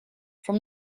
from